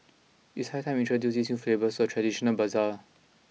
it is high time we introduce these new flavours in a traditional bazaar